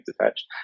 attached